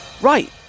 Right